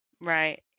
Right